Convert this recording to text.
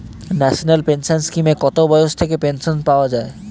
National pension স্কিমে কত বয়স থেকে পেনশন পাওয়া যায়?